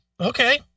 Okay